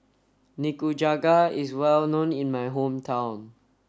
Nikujaga is well known in my hometown